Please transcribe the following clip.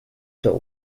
stop